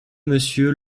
monsieur